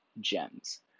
Gems